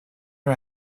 are